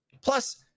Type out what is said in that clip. Plus